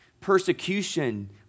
Persecution